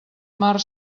mar